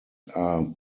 are